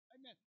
Amen